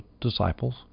disciples